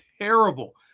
terrible